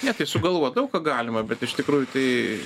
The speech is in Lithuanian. ne tai sugalvot daug ką galima bet iš tikrųjų tai